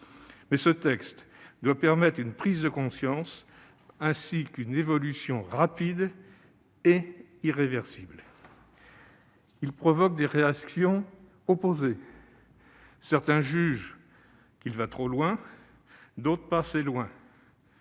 doit toutefois permettre une prise de conscience, ainsi qu'une évolution rapide et irréversible. Il provoque des réactions opposées, certains jugeant qu'il va trop loin et d'autres pas assez ;